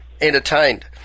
entertained